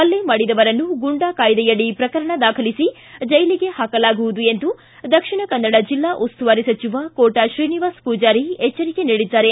ಪಲ್ಲೆ ಮಾಡಿದವರನ್ನು ಗೂಂಡಾ ಕಾಯ್ದೆಯಡಿ ಪ್ರಕರಣ ದಾಖಲಿಸಿ ಜೈಲಿಗೆ ಹಾಕಲಾಗುವುದು ಎಂದು ದಕ್ಷಿಣ ಕನ್ನಡ ಜಿಲ್ಲಾ ಉಸ್ತುವಾರಿ ಸಚಿವ ಕೋಟ ಶ್ರೀನಿವಾಸ ಪೂಜಾರಿ ಎಚ್ಚರಿಕೆ ನೀಡಿದ್ದಾರೆ